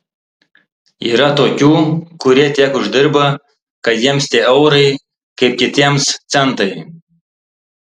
yra tokių kurie tiek uždirba kad jiems tie eurai kaip kitiems centai